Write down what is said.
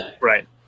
right